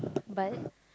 but